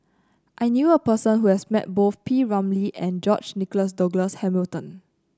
I knew a person who has met both P Ramlee and George Nigel Douglas Hamilton